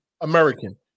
American